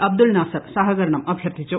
അബ്ദുൽ നാസർ സഹകരണം അഭ്യർത്ഥിച്ചു